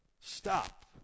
Stop